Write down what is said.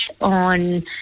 on